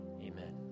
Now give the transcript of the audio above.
Amen